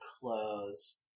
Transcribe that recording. close